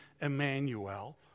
Emmanuel